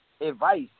advice